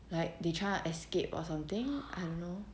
like they trying to escape or something I don't know